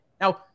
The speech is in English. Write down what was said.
Now